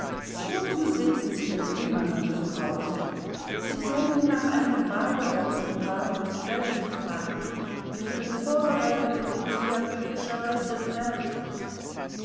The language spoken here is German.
wozu sitzen sie denn immer noch zu hause sie sollten nach einem badeorte mit warmen quellen fahren mit ihren vorbereitungen sind sie ja glücklicherweise fertig